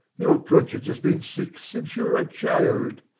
your conscience has been sick since you were a child.